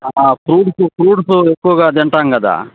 fruits fruits ఎక్కువగా తింటాం కదా